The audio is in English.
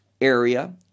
area